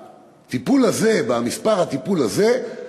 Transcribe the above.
במספר הטיפול הזה,